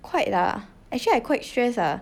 quite ah actually I quite stress ah